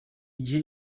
gihe